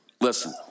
Listen